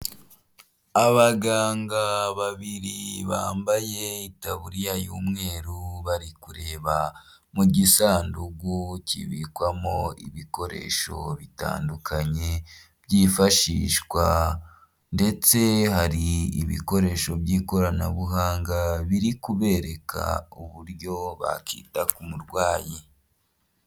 Abaganga babiri bambaye itaburiya y'umweru bari kureba mu gisanduku kibikwamo ibikoresho bitandukanye byifashishwa ndetse hari ibikoresho by'ikoranabuhanga biri kubereka uburyo bakita ku murwayi.